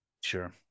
sure